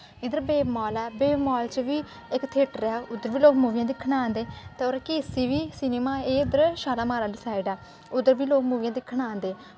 इद्धर wave mall ऐ wave mall च बी इक थियेटर ऐ उद्धर बी लोग मूवियां दिक्खन औंदे और केसी बी सिनमा एह् इद्धर शालामार आह्ली साईड ऐ उद्धर बी लोग मूवियां दिक्खन औंदे